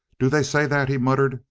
do they say that? he muttered.